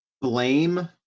blame